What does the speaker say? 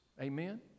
Amen